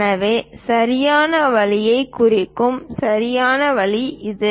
எனவே சரியான வழியைக் குறிக்கும் சரியான வழி இது